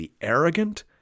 arrogant